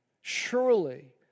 Surely